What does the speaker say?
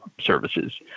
services